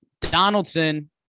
Donaldson